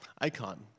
Icon